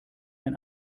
ein